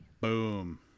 boom